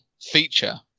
feature